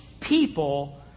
people